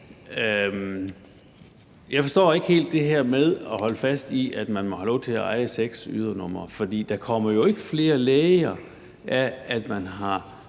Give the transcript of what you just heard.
jeg forstår ikke helt det her med at holde fast i, at man må have lov til at eje seks ydernumre, for der kommer jo ikke flere læger af, at man har